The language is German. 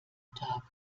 tag